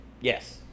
yes